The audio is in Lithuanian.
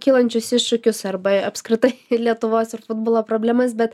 kylančius iššūkius arba apskritai lietuvos ir futbolo problemas bet